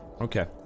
Okay